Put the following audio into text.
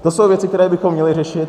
To jsou věci, které bychom měli řešit.